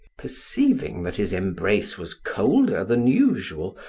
perceiving that his embrace was colder than usual,